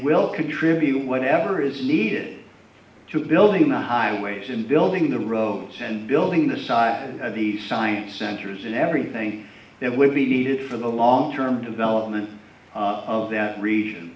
will contribute whatever is needed to building the highways and building the roads and building the size of the science centers and everything that will be needed for the long term development of the region